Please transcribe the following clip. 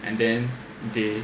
and then they